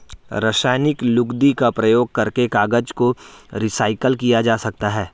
रासायनिक लुगदी का प्रयोग करके कागज को रीसाइकल किया जा सकता है